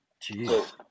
jesus